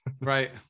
Right